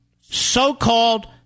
so-called